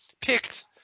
picked